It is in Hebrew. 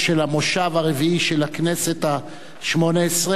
ושל המושב הרביעי של הכנסת השמונה-עשרה,